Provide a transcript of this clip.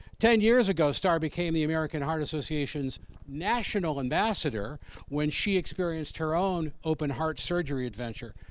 ten years ago, star became the american heart association's national ambassador when she experienced her own open heart surgery adventure,